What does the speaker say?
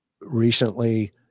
Recently